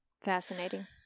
Fascinating